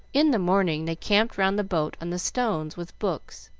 in the morning they camped round the boat on the stones with books,